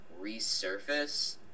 resurface